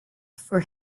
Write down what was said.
for